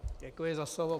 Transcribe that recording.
Děkuji za slovo.